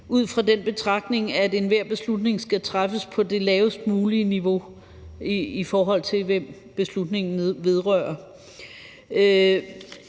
ud fra den betragtning, at enhver beslutning skal træffes på det lavest mulige niveau, i forhold til hvem beslutningen vedrører.